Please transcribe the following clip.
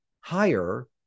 higher